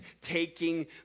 taking